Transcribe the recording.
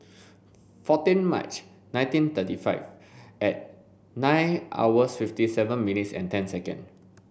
fourteen March nineteen thirty five at nine hour fifty seven minutes and ten second